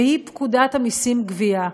והיא פקודת המסים (גבייה).